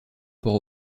port